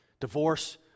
Divorce